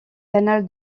canal